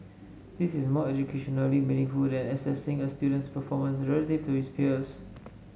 this is more educationally meaningful than assessing a student's performance relative to his peers